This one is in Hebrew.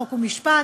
חוק ומשפט,